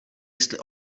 jestli